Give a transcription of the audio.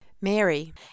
Mary